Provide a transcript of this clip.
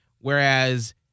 Whereas